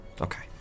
Okay